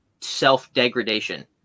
self-degradation